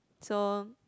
so